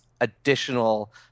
additional